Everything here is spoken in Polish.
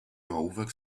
ołówek